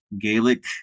Gaelic